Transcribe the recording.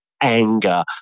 anger